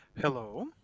Hello